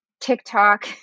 TikTok